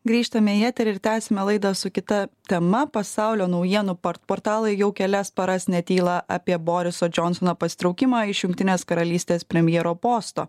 grįžtame į eterį ir tęsiame laidą su kita tema pasaulio naujienų portalai jau kelias paras netyla apie boriso džionsono pasitraukimą iš jungtinės karalystės premjero posto